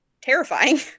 terrifying